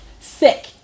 Sick